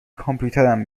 کامپیوترم